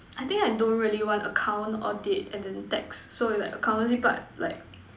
I think I don't really want account audit and then tax so is like accountancy part like